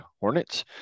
hornets